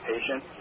patient